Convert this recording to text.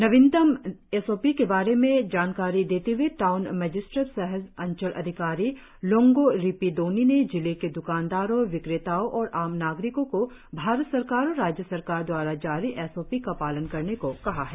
नए S O P के बारे में जानकारी देते हुए टाउन मजिस्ट्रेड सह अंचल अधिकारी लोंगो रिपी दोनी ने जिले के द्वकानदारों विक्रेताओ और आम नागरिकों को भारत सरकार और राज्य सरकार द्वारा जारी एस ओ पी का पालन करने को कहा है